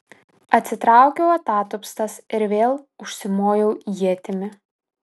atsitraukiau atatupstas ir vėl užsimojau ietimi